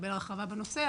לקבל הרחבה בנושא,